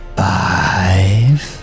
five